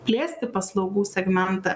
plėsti paslaugų segmentą